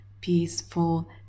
peaceful